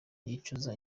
yicuza